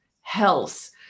health